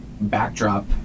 backdrop